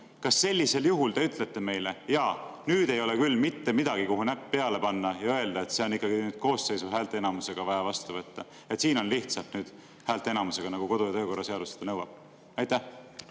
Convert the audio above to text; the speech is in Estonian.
kas sellisel juhul te ütlete meile, et jaa, nüüd ei ole küll mitte midagi, kuhu näpp peale panna ja öelda, et see on ikkagi koosseisu häälteenamusega vaja vastu võtta, et nüüd on vaja lihtsalt häälteenamust, nagu kodu- ja töökorra seadus nõuab? Aitäh,